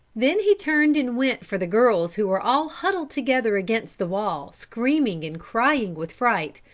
then he turned and went for the girls who were all huddled together against the wall, screaming and crying with fright.